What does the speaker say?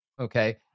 Okay